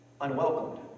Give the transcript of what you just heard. unwelcomed